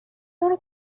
مارو